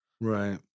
Right